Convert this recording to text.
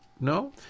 no